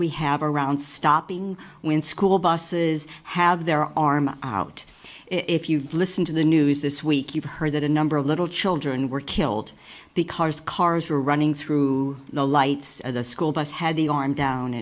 we have around stopping when school buses have their arm out if you listen to the news this week you've heard that a number of little children were killed because cars were running through the lights of the school bus had the arm down